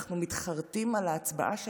אנחנו מתחרטים על ההצבעה שלנו.